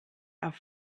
auf